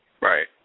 Right